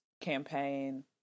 campaign